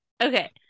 Okay